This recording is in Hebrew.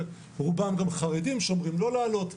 שרובם חרדים ואומרים לא לעלות.